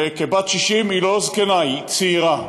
וכבת 60 היא לא זקנה, היא צעירה.